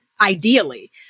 ideally